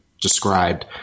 described